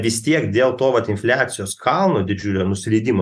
vis tiek dėl to vat infliacijos kalno didžiulio nusileidimo